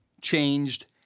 changed